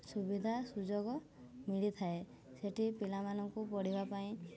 ସୁବିଧା ସୁଯୋଗ ମିଳିଥାଏ ସେଇଠି ପିଲାମାନଙ୍କୁ ପଢ଼ିବା ପାଇଁ